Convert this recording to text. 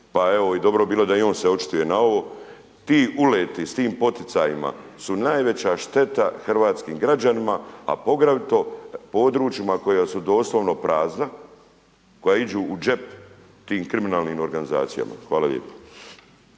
pa evo i dobro bi bilo da i on se očituje na ovo, ti uleti sa tim poticajima su najveća šteta hrvatskim građanima a poglavito područjima koja su doslovno prazna, koja idu u džep tim kriminalnim organizacijama. Hvala lijepa.